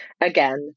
again